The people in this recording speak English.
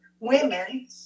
women